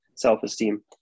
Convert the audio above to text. self-esteem